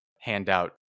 handout